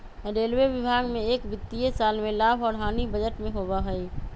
railway विभाग में एक वित्तीय साल में लाभ और हानि बजट में होबा हई